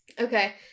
Okay